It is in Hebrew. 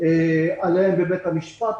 עליהן בבית המשפט.